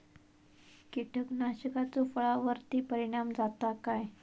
कीटकनाशकाचो फळावर्ती परिणाम जाता काय?